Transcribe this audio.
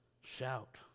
shout